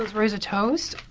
raise a toast?